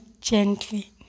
gently